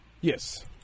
yes